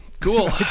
Cool